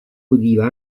udiva